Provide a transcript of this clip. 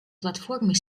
платформы